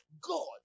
God